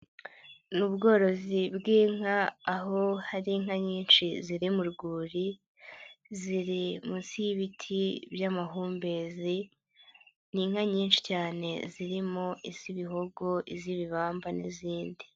Ni ubworozi bw'inka aho hari inka nyinshi ziri mu rwuri ,ziri munsi y'ibiti by'amahumbezi, n'inka nyinshi cyane zirimo iz'ibihogo, iz'ibibamba, n'izindi..